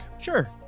sure